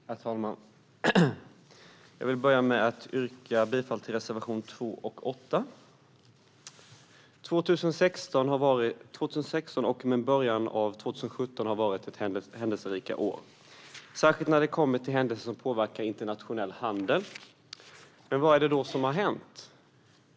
Herr talman! Jag vill börja med att yrka bifall till reservation 2. År 2016 och början av 2017 har varit en händelserik tid, särskilt när det kommer till sådant som påverkar internationell handel. Vad är det då som har hänt?